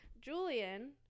Julian